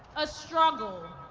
a struggle,